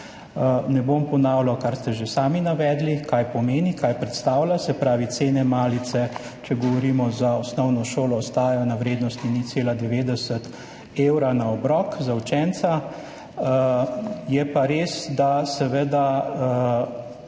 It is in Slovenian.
Ne bom ponavljal, kar ste že sami navedli, kaj pomeni, kaj predstavlja. Se pravi, cene malice, če govorimo za osnovno šolo, ostajajo na vrednosti 0,90 evra na obrok za učenca. Je pa res, da je seveda